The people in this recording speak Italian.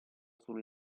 sul